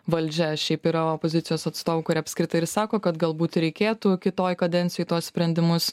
valdžia šiaip yra opozicijos atstovų kurie apskritai ir sako kad galbūt reikėtų kitoj kadencijoj tuos sprendimus